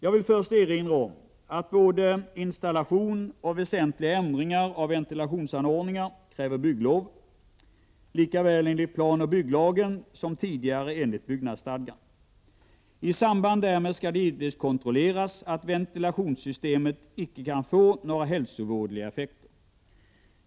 Jag vill först erinra om att både installation och väsentliga ändringar av ventilationsanordningar kräver bygglov — lika väl enligt planoch bygglagen som tidigare enligt byggnadsstadgan. I samband därmed skall det givetvis kontrolleras att ventilationssystemet inte kan få några hälsovådliga effekter.